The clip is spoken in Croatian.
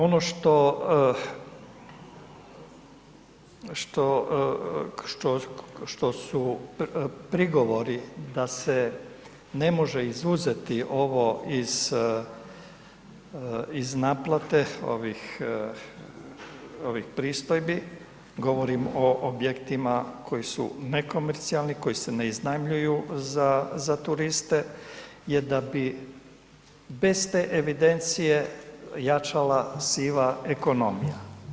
Ono što, što su prigovori da se ne može izuzeti ovo iz naplate ovih, ovih pristojbi, govorim o objektima koji su nekomercijalni koji se ne iznajmljuju za turiste, je da bi bez te evidencije jačala siva ekonomija.